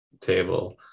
table